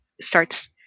starts